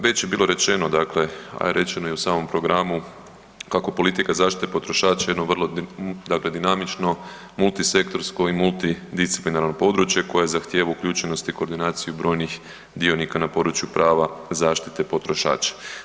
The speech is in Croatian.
Već je bilo rečeno dakle, a i rečeno je u samom programu kako politika zaštite potrošača je jedno vrlo dakle dinamično, multisektorsko i multidisciplinarno područje koje zahtjeva uključenost i koordinaciju brojnih dionika na području prava zaštite potrošača.